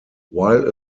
while